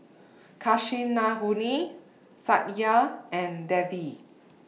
Kasinadhuni Satya and Devi